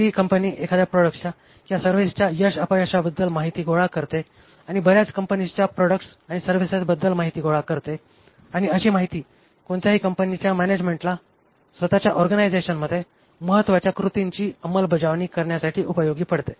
जी company एखाद्या प्रॉडक्ट्सच्या किंवा सर्व्हिसच्या यश अपयशाबद्दल माहिती गोळा करते किंवा बऱ्याच कंपनीजच्या प्रॉडक्ट्स आणि सर्व्हिसबद्दल माहिती गोळा करते आणि अशी माहिती कोणत्याही कंपनीच्या मॅनेजमेंटला स्वतःच्या ऑर्गनायझेशनमध्ये महत्वाच्या कृतींची अंमलबजावणी करण्यासाठी उपयोगी पडते